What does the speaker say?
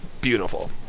beautiful